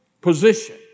position